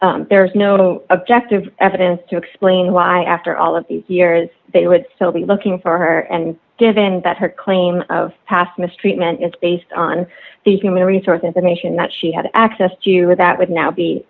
thirty there is no objective evidence to explain why after all of these years they would still be looking for her and given that her claim of past mistreatment is based on the human resource of the nation that she had access to that would now be